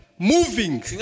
Moving